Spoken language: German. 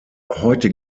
heute